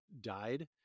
died